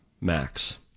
max